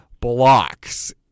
blocks